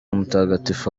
mutagatifu